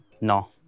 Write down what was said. No